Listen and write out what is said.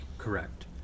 Correct